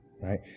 right